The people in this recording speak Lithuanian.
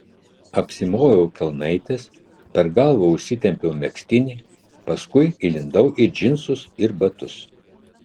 apsimoviau kelnaites per galvą užsitempiau megztinį paskui įlindau į džinsus ir batus